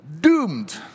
doomed